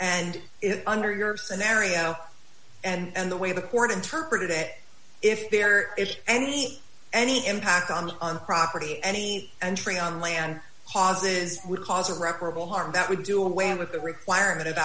and under your scenario and the way the court interpreted it if there is any any impact on the property any entry on land causes would cause irreparable harm that would do away with the requirement of